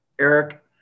Eric